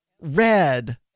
red